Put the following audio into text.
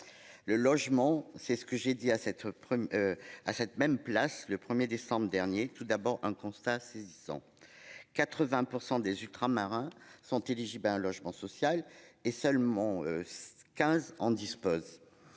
Le logement c'est ce que j'ai dit à cette prime. À cette même place le 1er décembre dernier. Tout d'abord un constat saisissant. 80% des ultramarins sont éligibles à un logement social et seulement. 15 ans dispose.